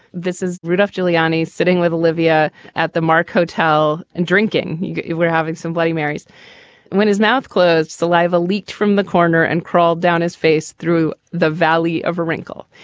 this is rudolph giuliani sitting with olivia at the mark hotel and drinking. we're having some bloody marys when his mouth closed, saliva leaked from the corner and crawled down his face through the valley of a wrinkle.